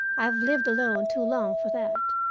i have lived alone too long for that.